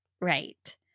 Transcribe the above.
Right